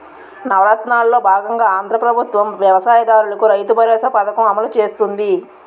నవరత్నాలలో బాగంగా ఆంధ్రా ప్రభుత్వం వ్యవసాయ దారులకు రైతుబరోసా పథకం అమలు చేస్తుంది